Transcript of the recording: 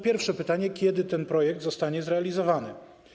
Pierwsze pytanie brzmi: Kiedy ten projekt zostanie zrealizowany?